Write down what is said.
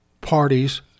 parties